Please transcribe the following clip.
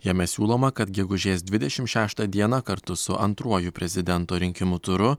jame siūloma kad gegužės dvidešimt šeštą dieną kartu su antruoju prezidento rinkimų turu